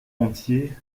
entier